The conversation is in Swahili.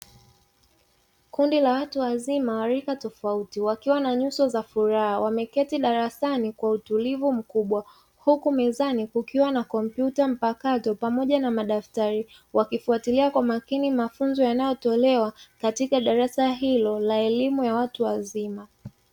Kundi la watu wazima wa rika tofauti, wakiwa na nyuso za furaha. Wameketi darasani kwa utulivu mkubwa, huku mezani kukiwa na kompyuta mpakato pamoja na madaftari. Wakifuatilia kwa makini mafunzo yanayotolewa katika darasa hilo la elimu ya watu wazima.